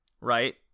right